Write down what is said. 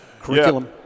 curriculum